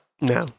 No